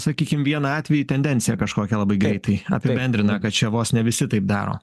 sakykim vieną atvejį tendenciją kažkokią labai greitai apibendrina kad čia vos ne visi taip daro